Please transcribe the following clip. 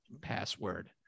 Password